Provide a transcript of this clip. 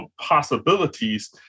possibilities